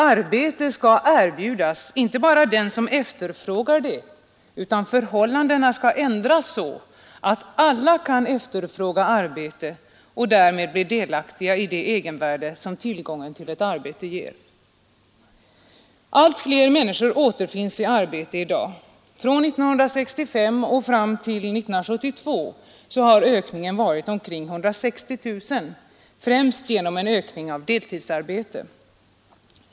”Arbete skall erbjudas inte bara den som efterfrågar det utan förhållandena skall ändras så, att alla kan efterfråga arbete och därmed bli delaktiga i det egenvärde som tillgången till ett arbete ger.” Allt fler människor återfinns i arbete i dag. Från 1965 och fram till 1972 har ökningen varit omkring 160 000, främst genom en ökning av deltidsarbete.